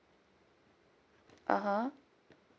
(uh huh)